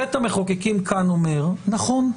בית המחוקקים כאן אומר: נכון,